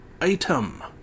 item